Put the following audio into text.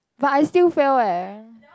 but I still fail eh